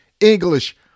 English